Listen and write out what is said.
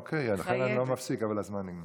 אוקיי, לכן אני לא מפסיק, אבל הזמן נגמר.